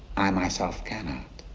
i myself, cannot.